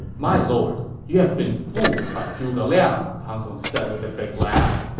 my lord, you've been fooled by zhuge liang, pang tong said with a big laugh.